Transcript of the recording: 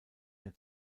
der